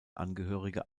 angehörige